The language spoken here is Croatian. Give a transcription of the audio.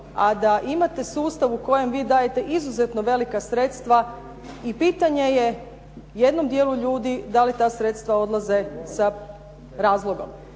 a da imate sustav u kojem vi dajete izuzetno velika sredstva i pitanje je jednom dijelu ljudi da li ta sredstva odlaze sa razlogom.